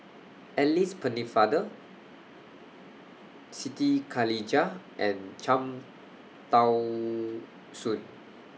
Alice Pennefather Siti Khalijah and Cham Tao Soon